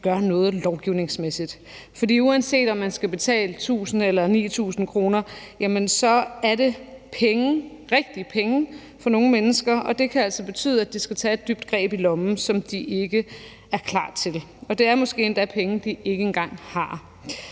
gør noget lovgivningsmæssigt. For uanset om man skal betale 1.000 kr. eller 9.000 kr., er det penge – rigtige penge – for nogen mennesker, og det kan altså betyde, at de skal tage et dybt greb i lommen, som de ikke er klar til. Det er måske endda penge, som de ikke engang har.